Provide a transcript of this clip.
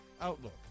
Outlook